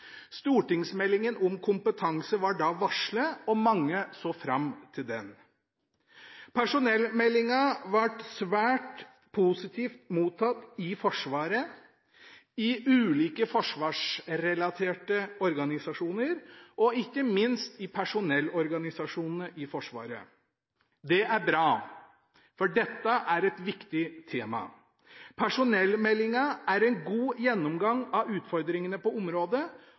Stortingsmeldingen om kompetanse var da varslet, og mange så fram til den. Personellmeldingen ble svært positivt mottatt i Forsvaret, i ulike forsvarsrelaterte organisasjoner og ikke minst i personellorganisasjonene i Forsvaret. Det er bra, for dette er et viktig tema. Personellmeldingen er en god gjennomgang av utfordringene på området,